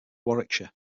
warwickshire